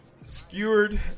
Skewered